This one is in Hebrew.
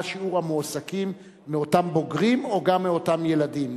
מה שיעור המועסקים מאותם בוגרים או גם מאותם ילדים.